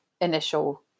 initial